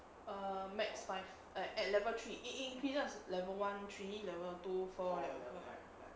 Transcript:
err max five at level three it it increases level one three level two four and five